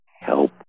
help